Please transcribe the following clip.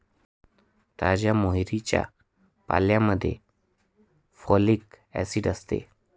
ताज्या मोहरीच्या पाल्यामध्ये फॉलिक ऍसिड असते